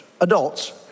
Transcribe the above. Adults